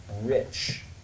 rich